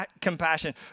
compassion